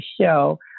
show